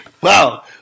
wow